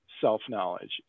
self-knowledge